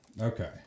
okay